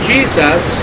Jesus